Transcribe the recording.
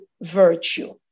virtue